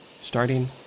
Starting